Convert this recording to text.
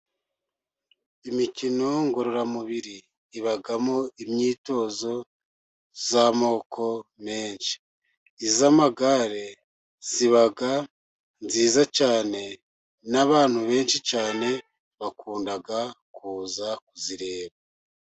Imikino ngororamubiri ibamo imyitozo y'amoko menshi, iy'amagare iba nziza cyane, n'abantu benshi cyane bakunda kuza kuyireba.